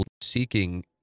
seeking